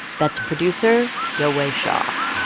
that's producer yowei shaw